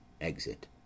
Exit